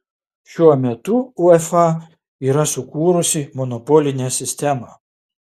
šiuo metu uefa yra sukūrusi monopolinę sistemą